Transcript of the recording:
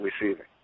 receiving